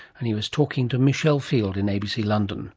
and he was talking to michele field in abc london